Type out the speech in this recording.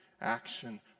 action